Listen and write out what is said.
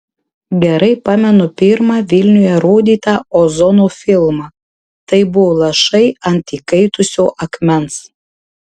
gerai pamenu pirmą vilniuje rodytą ozono filmą tai buvo lašai ant įkaitusio akmens